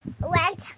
went